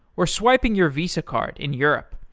or swiping your visa card in europe,